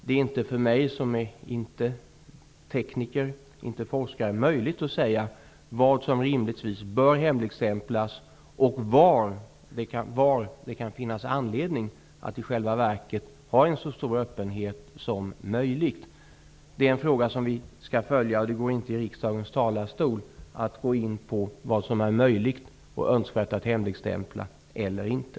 Det är inte möjligt för mig som inte är tekniker eller forskare att säga vad som rimligtvis bör hemligstämplas och var det kan finnas anledning att i själva verket ha så stor öppenhet som möjligt. Det är en fråga som vi skall följa. Det går inte att här i riksdagens talarstol gå in på vad som är möjligt och önskvärt att hemligstämpla eller inte.